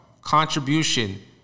contribution